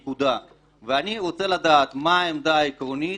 ואני רוצה לדעת מה העמדה העקרונית,